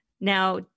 Now